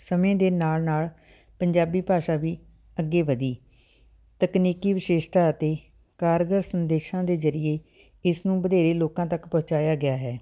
ਸਮੇਂ ਦੇ ਨਾਲ ਨਾਲ ਪੰਜਾਬੀ ਭਾਸ਼ਾ ਵੀ ਅੱਗੇ ਵਧੀ ਤਕਨੀਕੀ ਵਿਸ਼ੇਸ਼ਤਾ ਅਤੇ ਕਾਰਗਰ ਸੰਦੇਸ਼ਾਂ ਦੇ ਜ਼ਰੀਏ ਇਸ ਨੂੰ ਵਧੇਰੇ ਲੋਕਾਂ ਤੱਕ ਪਹੁੰਚਾਇਆ ਗਿਆ ਹੈ